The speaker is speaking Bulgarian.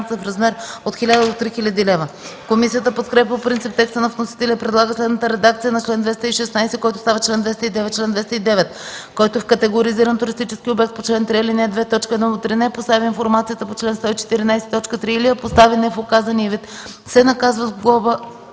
санкция в размер от 1000 до 3000 лв.” Комисията подкрепя по принцип текста на вносителя и предлага следната редакция на чл. 216, който става чл. 209: „Чл. 209. Който в категоризиран туристически обект по чл. 3, ал. 2, т. 1-3 не постави информацията по чл. 114, т. 3 или я постави не в указания вид,